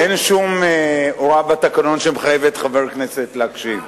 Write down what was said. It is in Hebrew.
אין שום הוראה בתקנון שמחייבת חבר כנסת להקשיב.